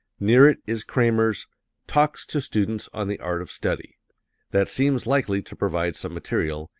near it is kramer's talks to students on the art of study that seems likely to provide some material,